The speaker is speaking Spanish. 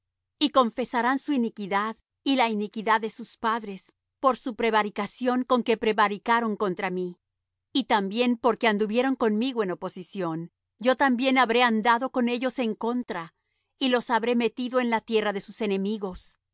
y confesarán su iniquidad y la iniquidad de sus padres por su prevaricación con que prevaricaron contra mí y también porque anduvieron conmigo en oposición yo también habré andado con ellos en contra y los habré metido en la tierra de sus enemigos